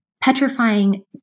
petrifying